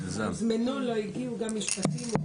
הוזמנו, לא הגיעו, גם משפטים.